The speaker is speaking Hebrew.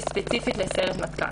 וספציפית לסיירת מטכ"ל.